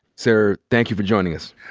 sir, thank you for joining us.